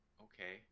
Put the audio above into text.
Okay